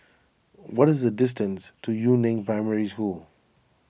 what is the distance to Yu Neng Primary School